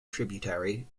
tributary